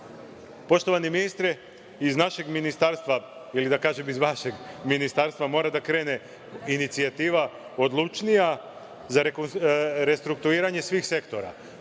ili da kažem iz vašeg ministarstva, mora da krene inicijativa odlučnija za restrukturiranje svih sektora.